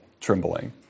trembling